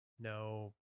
no